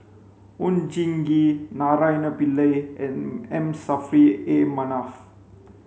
Oon Jin Gee Naraina Pillai and M Saffri A Manaf